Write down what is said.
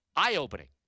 Eye-opening